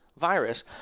virus